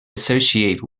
associate